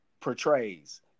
portrays